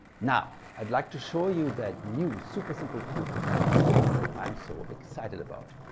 now i'd like to show you that new super simple proof of fermat' theorem that i'm so excited about.